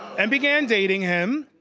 and began dating him.